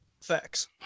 Facts